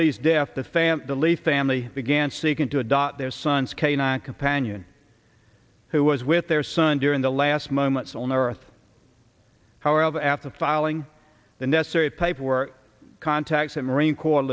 lee's death the family's family began seeking to adopt their son's canine companion who was with their son during the last moments on earth however after filing the necessary paperwork contacts at marine corps